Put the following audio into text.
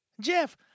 Jeff